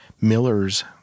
Miller's